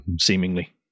seemingly